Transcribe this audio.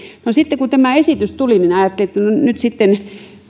no sitten kun tämä esitys tuli niin ajattelin että no nyt sitten